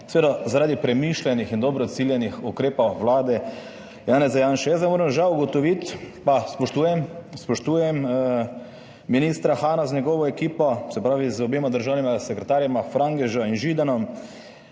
seveda zaradi premišljenih in dobro ciljanih ukrepov vlade Janeza Janše. Jaz sem žal ugotovil, pa spoštujem ministra Hana z njegovo ekipo, se pravi z obema državnima sekretarjema, Frangežem in Židanom,